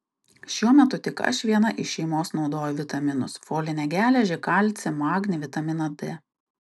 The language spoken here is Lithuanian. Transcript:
šiuo metu tik aš viena iš šeimos naudoju vitaminus folinę geležį kalcį magnį vitaminą d